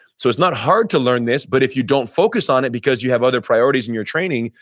so it's not hard to learn this, but if you don't focus on it because you have other priorities in your training,